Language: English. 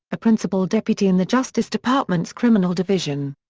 a principal deputy in the justice department's criminal division.